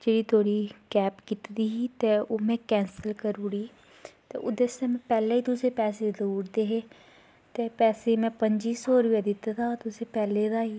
ते जेह्ड़ी में थोआड़ी कैब कीती दी ओह् में कैंसल करी ओड़ी ते ओह्दै आस्तै पैह्लैं में पैसे देई ओड़े दे हे ते पैसे में पंजी सौ रपेआ दित्ते दा हा पैह्लें दा ई